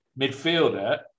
midfielder